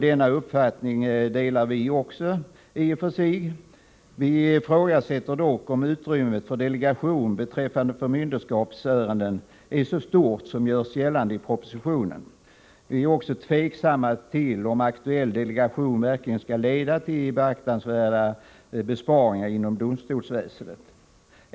Denna uppfattning delar vi i och för sig. Vi ifrågasätter dock om utrymmet för delegation beträffande förmynderskapsärenden är så stort som görs gällande i propositionen. Vi är också tveksamma till om aktuell delegation verkligen kommer att leda till beaktansvärda besparingar inom domstolsväsendet.